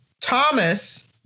Thomas